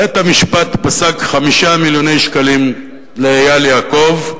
בית-המשפט פסק 5 מיליוני שקלים לאייל יעקב,